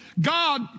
God